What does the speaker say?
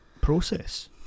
process